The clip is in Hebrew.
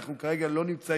אנחנו כרגע לא נמצאים